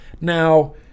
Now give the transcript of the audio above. Now